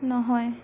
নহয়